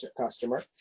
customer